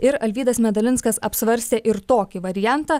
ir alvydas medalinskas apsvarstė ir tokį variantą